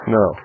no